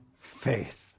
faith